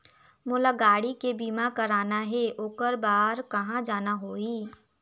मोला गाड़ी के बीमा कराना हे ओकर बार कहा जाना होही?